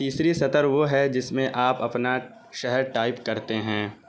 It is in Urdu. تیسری سطر وہ ہے جس میں آپ اپنا شہر ٹائپ کرتے ہیں